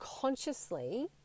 consciously